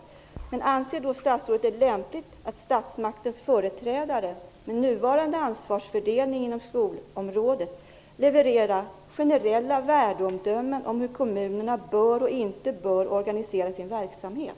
Anser statsrådet då att det är lämpligt att statsmaktens företrädare, med nuvarande ansvarsfördelning inom skolområdet, levererar generella värdeomdömen om hur kommunerna bör och inte bör organisera sin verksamhet?